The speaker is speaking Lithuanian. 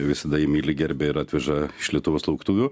visada jį myli gerbia ir atveža iš lietuvos lauktuvių